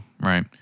right